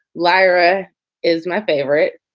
lyra is my favorite.